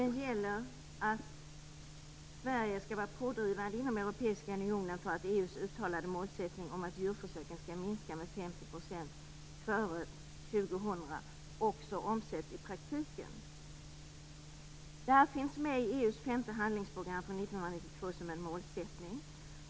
Den gäller att Sverige bör vara pådrivande inom Europeiska unionen för att EU:s uttalade målsättning om att djurförsöken skall minska med 50 % före år 2000 omsätts i praktiken. Detta finns med som en målsättning i EU:s femte handlingsprogram från 1992.